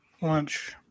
Lunch